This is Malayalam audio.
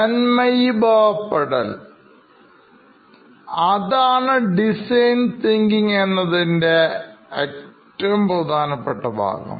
തന്മയിപ്പെടൽ അതാണ് ഡിസൈൻ തിങ്കിംഗ് എന്നതിൻറെ ഏറ്റവും പ്രധാനപ്പെട്ട ഭാഗം